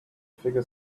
figure